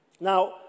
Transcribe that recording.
Now